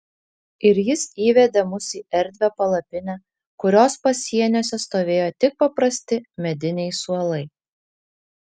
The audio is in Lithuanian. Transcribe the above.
ir jis įvedė mus į erdvią palapinę kurios pasieniuose stovėjo tik paprasti mediniai suolai